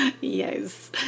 yes